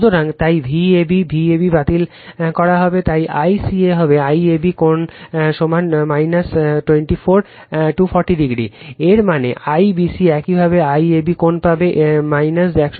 সুতরাং তাই Vab Vab বাতিল করা হবে তাই ICA হবে IAB কোণের সমান 24 240o এর মানে IBC একইভাবে IAB কোণ পাবে 120o